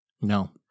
No